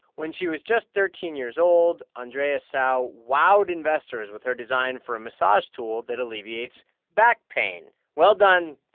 when she was just thirteen years old, andrea cao so wowed investors with her design for a massage tool that alleviates back pain. well done,